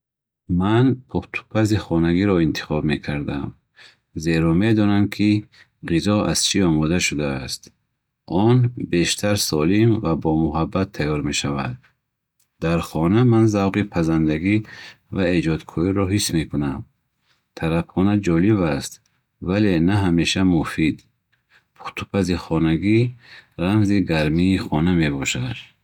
Ман пухтупази хонагиро интихоб мекардам, зеро медонам, ки ғизо аз чӣ омода шудааст. Он бештар солим ва бо муҳаббат тайёр мешавад. Дар хона ман завқи пазандагӣ ва эҷодкориро ҳис мекунам. Тарабхона ҷолиб аст, вале на ҳамеша муфид. Пухтупази хонагӣ рамзи гармии хона мебошад.